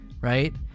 right